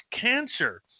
cancer